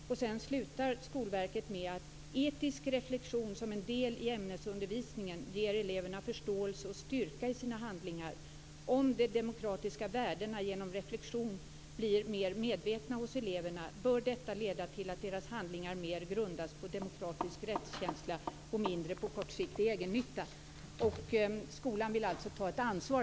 Skolverket slutar rapporten med följande: "Etisk reflektion som en del i ämnesundervisningen ger eleverna förståelse och styrka i sina handlingar. Om de demokratiska värdena genom reflektion blir mer medvetna hos eleverna bör detta leda till att deras handlingar mer grundas på demokratisk rättskänsla och mindre på kortsiktig egennytta." Skolan vill alltså ta ett ansvar.